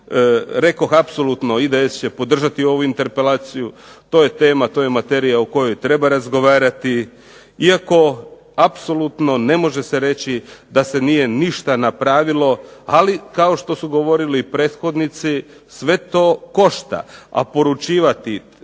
Rekoh apsolutno IDS će podržati ovu interpelaciju. To je tema, to je materija o kojoj treba razgovarati. Iako apsolutno ne može se reći da se nije ništa napravilo, ali kao što su govorili i prethodnici sve to košta. A poručivati